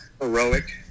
heroic